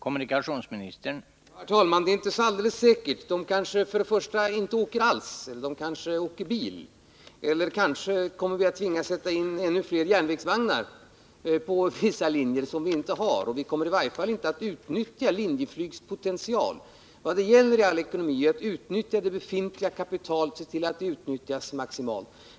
Herr talman! Det är inte så alldeles säkert att trafikanter går över till tåg. De kanske inte åker alls, de kanske åker bil. Och kanske tvingas vi på vissa linjer sätta in ännu fler järnvägsvagnar — som vi inte har. Vi kommer i varje fall inte att utnyttja Linjeflygs potential. Vad det gäller i all ekonomi är att utnyttja det investerade kapitalet och de befintliga tillgångarna maximalt.